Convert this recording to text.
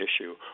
issue